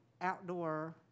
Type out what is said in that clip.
outdoor